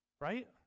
Right